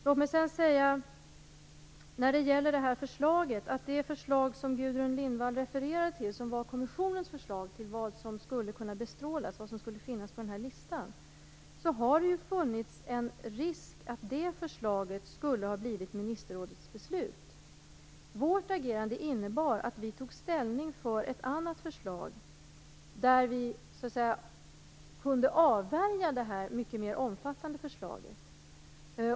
Det har funnits en risk för att det förslag som Gudrun Lindvall refererade till, som var kommissionens förslag till vad som skulle finnas på listan över vad som skulle kunna bestrålas, skulle ha blivit ministerrådets beslut. Vårt agerande innebar att vi tog ställning för ett annat förslag. Det innebar att vi kunde avvärja det här mycket mer omfattande förslaget.